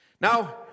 Now